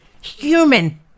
Human